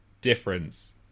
difference